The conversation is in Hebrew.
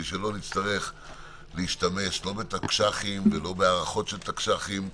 שלא נצטרך להשתמש לא בתקש"חים ולא בהארכות של תקש"חים.